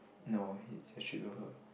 no it's a trip will hurt